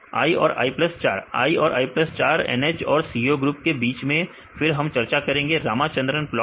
विद्यार्थी i और i plus 4 i और i प्लस 4 NH और CO ग्रुप के बीच में फिर हम चर्चा करेंगे रामाचंद्रन प्लॉट